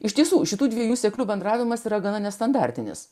iš tiesų šitų dviejų seklių bendravimas yra gana nestandartinis